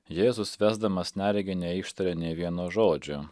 jėzus vesdamas neregį neištarė nė vieno žodžio